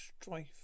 strife